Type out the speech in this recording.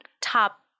top